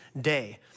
day